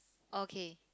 okay